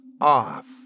off